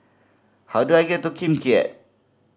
how do I get to Kim Keat